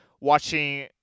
watching